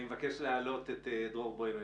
אני מבקש להעלות את דרור בוימל,